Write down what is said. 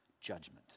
Judgment